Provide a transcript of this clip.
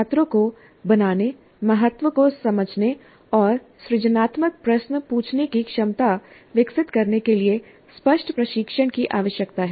छात्रों को बनाने महत्व को समझने और सृजनात्मक प्रश्न पूछने की क्षमता विकसित करने के लिए स्पष्ट प्रशिक्षण की आवश्यकता है